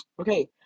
Okay